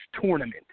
tournament